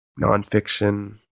Nonfiction